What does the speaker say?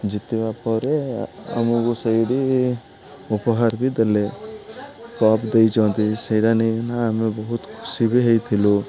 ଜିତିବା ପରେ ଆମକୁ ସେଇଠି ଉପହାର ବି ଦେଲେ କପ୍ ଦେଇଛନ୍ତି ସେଇଟା ନେଇନା ଆମେ ବହୁତ ଖୁସି ବି ହୋଇଥିଲୁ